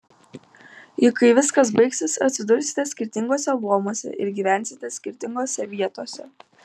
juk kai viskas baigsis atsidursite skirtinguose luomuose ir gyvensite skirtingose vietose